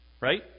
right